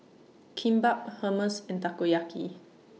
Kimbap Hummus and Takoyaki